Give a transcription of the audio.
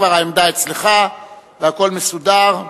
העמדה כבר אצלך והכול מסודר.